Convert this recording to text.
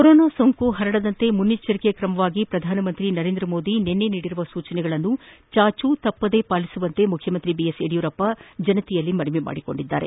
corona ಸೋಂಕು ಹರಡದಂತೆ ಮುಂಜಾಗ್ರತಾ ಕ್ರಮವಾಗಿ ಪ್ರಧಾನಿ ನರೇಂದ್ರ ಮೋದಿ ನಿನ್ನೆ ನೀಡಿರುವ ಸೂಚನೆಗಳನ್ನು ಚಾಚು ತಪ್ಪದೆ ಪಾಲಿಸುವಂತೆ ಮುಖ್ಚಮಂತ್ರಿ ಬಿಎಸ್ ಯಡಿಯೂರಪ್ಪ ಜನರಲ್ಲಿ ಮನವಿ ಮಾಡಿದ್ದಾರೆ